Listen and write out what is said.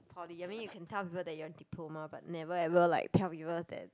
poly I mean you can tell people that you are diploma but never ever like tell people that